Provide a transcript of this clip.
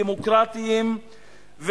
דמוקרטיות,